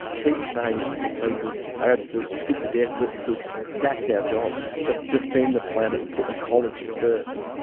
keep saying it until people are absolutely sick to death of it because that's our job, to defend the planet and put ecology first.